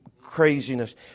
craziness